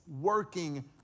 working